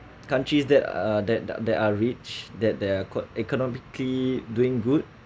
countries that uh that are that are rich that there are eco~ economically doing good